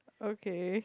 okay